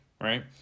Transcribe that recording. right